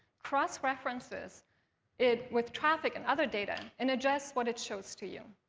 cross references it with traffic and other data, and adjusts what it shows to you.